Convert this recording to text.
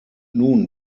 nun